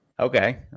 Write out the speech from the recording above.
Okay